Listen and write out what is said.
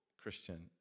Christian